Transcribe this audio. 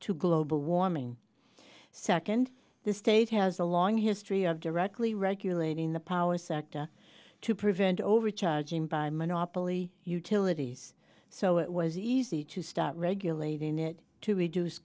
to global warming second the state has a long history of directly regulating the power sector to prevent overcharging by monopoly utilities so it was easy to start regulating it to reduce